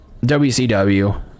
WCW